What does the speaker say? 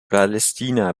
palästina